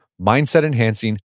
mindset-enhancing